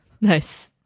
Nice